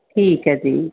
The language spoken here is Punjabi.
ਠੀਕ ਹੈ ਜੀ